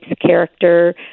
character